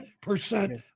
percent